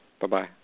Bye-bye